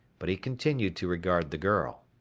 but he continued to regard the girl.